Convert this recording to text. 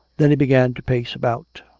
then he began to pace about.